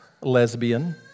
lesbian